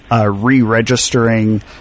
Re-registering